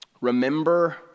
remember